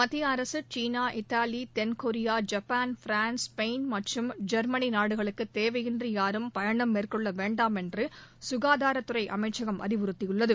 மத்திய அரசு China Italy தென்கொரியா ஜப்பான் பிரான்ஸ் ஸ்பெயின் மற்றும் ஜெர்மனி நாடுகளுக்கு தேவையின்றி யாரும் பயணம் மேற்கொள்ள வேண்டாம் என்று சுகாதார அமைச்சகம் அறிவுறுத்தியுள்ளது